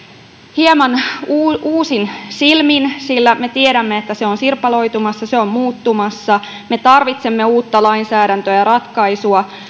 hieman uusin silmin sillä me tiedämme että se on sirpaloitumassa se on muuttumassa me tarvitsemme uutta lainsäädäntöä ja ratkaisuja